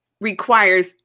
requires